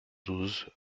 douze